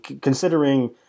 considering